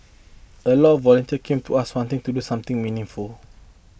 a lot volunteers came to us wanting to do something meaningful